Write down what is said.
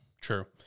True